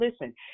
Listen